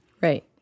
Right